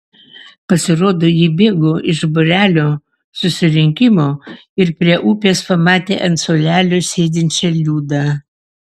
pasirodo ji bėgo iš būrelio susirinkimo ir prie upės pamatė ant suolelio sėdinčią liudą